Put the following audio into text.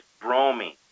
bromine